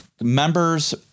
members